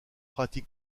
pratique